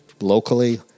locally